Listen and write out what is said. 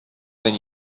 than